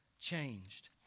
changed